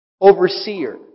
Overseer